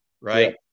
Right